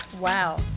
Wow